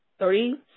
Three